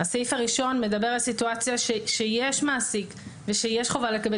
הסעיף הראשון מדבר על סיטואציה שיש מעסיק ושיש חובה לקבל